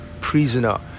prisoner